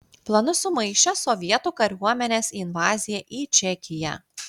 planus sumaišė sovietų kariuomenės invazija į čekiją